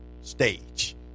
stage